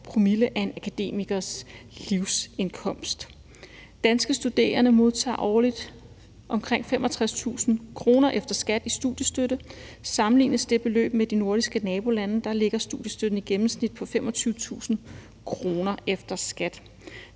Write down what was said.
ca. 5 ‰ af en akademikers livsindkomst. Danske studerende modtager årligt omkring 65.000 kr. efter skat i studiestøtte. I sammenligning ligger studiestøtten i de nordiske nabolande i gennemsnit på 25.000 kr. efter skat.